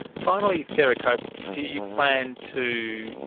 finally, sarah cope, do you plan to,